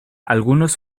algunos